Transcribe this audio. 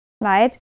right